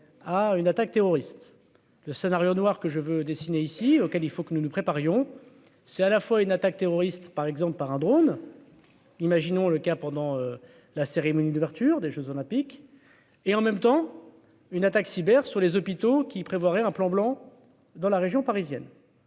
à une attaque terroriste, le scénario noir que je veux dessiner ici auquel il faut que nous nous préparions c'est à la fois une attaque terroriste par exemple par un drone, imaginons le cas pendant la cérémonie d'ouverture des Jeux olympiques, et en même temps une attaque cyber sur les hôpitaux qui prévoirait un plan blanc dans la région parisienne.